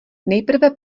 nejprve